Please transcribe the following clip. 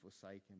forsaken